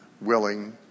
willing